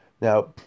Now